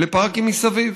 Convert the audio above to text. לפארקים מסביב.